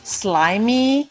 slimy